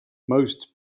most